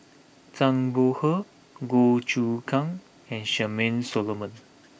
Zhang Bohe Goh Choon Kang and Charmaine Solomon